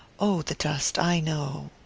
oh, the dust i know!